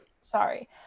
Sorry